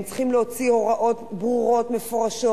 הם צריכים להוציא הוראות ברורות, מפורשות,